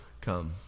come